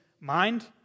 mind